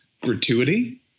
gratuity